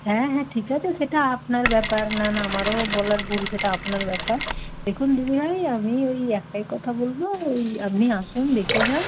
হ্যাঁ হ্যাঁ ঠিক আছে সেটা আপনার ব্যাপার না না আমারও বলার ভুল সেটা আপনার ব্যাপার দেখুন দিদিভাই আমি ওই একটাই কথা বলবো ওই আপনি আসুন দেখে যান